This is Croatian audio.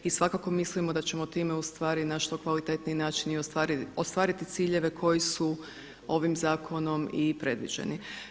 I svakako mislimo da ćemo time u stvari na što kvalitetniji način i ostvariti ciljeve koji su ovim zakonom i predviđeni.